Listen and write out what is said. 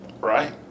Right